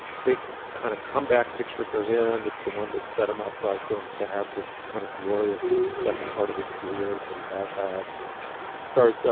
big kind of comeback picture for him. it's the one that set him up, i think, to have this kind of glorious second part of his career that he has had stars, so